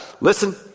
Listen